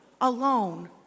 alone